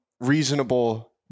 reasonable